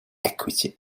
equity